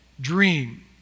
dream